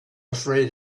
afraid